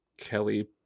kelly